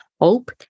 hope